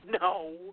No